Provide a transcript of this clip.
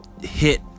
hit